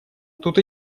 тут